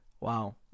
Wow